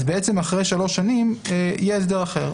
אחרי 3 שנים יהיה הסדר אחר.